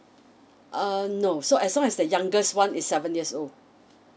err no so as long as the youngest one is seven years old